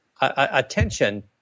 attention